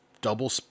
double